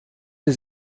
sie